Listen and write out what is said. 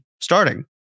starting